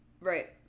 Right